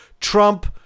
Trump